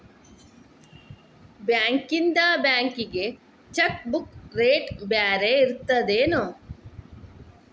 ಬಾಂಕ್ಯಿಂದ ಬ್ಯಾಂಕಿಗಿ cheque book rate ಬ್ಯಾರೆ ಇರ್ತದೇನ್